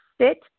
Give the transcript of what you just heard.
sit